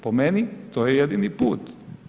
Po meni to je jedini put.